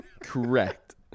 Correct